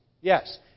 yes